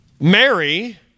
Mary